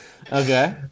Okay